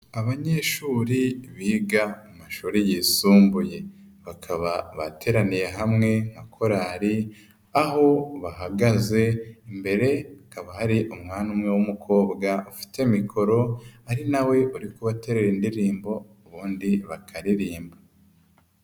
Abanyeshuri biga mu mashuri yisumbuye bakaba bateraniye hamwe nka korari aho bahagaze imbere akaba hari umwana umwe w'umukobwa ufite mikoro ari na we uri kubaterera indirimbo ubundi bakaririmba.